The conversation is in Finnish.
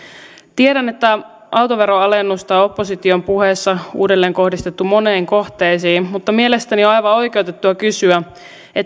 tiedän että autoveron alennusta on opposition puheissa uudelleen kohdistettu moniin kohteisiin mutta mielestäni on aivan oikeutettua kysyä